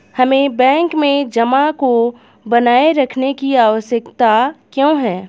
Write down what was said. हमें बैंक में जमा को बनाए रखने की आवश्यकता क्यों है?